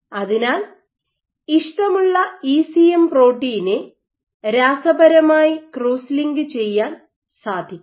അതിനാൽ ഇഷ്ടമുള്ള ഇസിഎം പ്രോട്ടീനെ രാസപരമായി ക്രോസ് ലിങ്ക് ചെയ്യാൻ സാധിക്കും